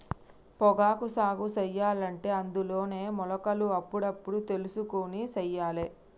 పొగాకు సాగు సెయ్యలంటే అందులోనే మొలకలు అప్పుడప్పుడు తెలుసుకొని సెయ్యాలే